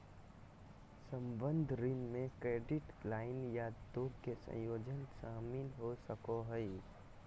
संबंद्ध ऋण में क्रेडिट लाइन या दो के संयोजन शामिल हो सको हइ